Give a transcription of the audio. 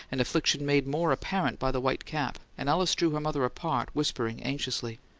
an affliction made more apparent by the white cap and alice drew her mother apart, whispering anxiously,